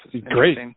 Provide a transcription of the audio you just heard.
great